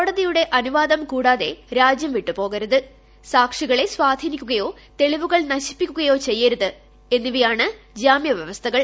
കോടതിയുടെ അനുവാദം കൂടാതെ രാജ്യം വിട്ടുപോകരുത് സാക്ഷികളെ സ്വാധീനിക്കകയോ തെളിവുകൾ നശിപ്പിക്കുകയോ ചെയ്യരുത് എന്നിവയാണ് ജാമ്യ വൃവസ്ഥകൾ